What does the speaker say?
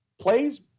plays